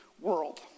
world